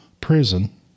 prison